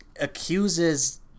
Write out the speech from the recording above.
accuses